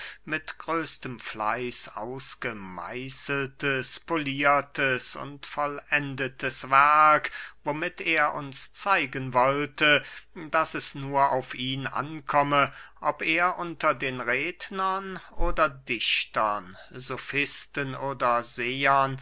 mit größtem fleiß ausgemeißeltes poliertes und vollendetes werk womit er uns zeigen wollte daß es nur auf ihn ankomme ob er unter den rednern oder dichtern sofisten oder